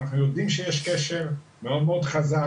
אנחנו יודעים שיש קשר מאוד חזק,